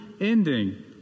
ending